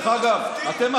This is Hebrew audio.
אתם,